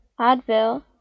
Advil